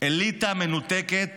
אליטה מנותקת